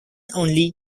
only